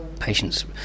patients